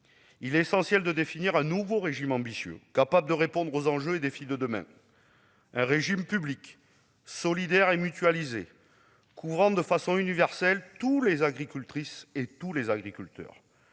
Il est essentiel de définir un nouveau régime ambitieux capable de répondre aux enjeux et défis de demain : un régime public, solidaire et mutualisé, couvrant de façon universelle toutes les agricultrices et tous les agriculteurs.